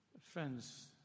Friends